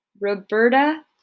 Roberta